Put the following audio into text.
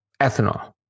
Ethanol